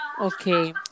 Okay